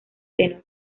tenor